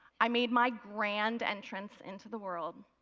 i made my grand entrance into the world.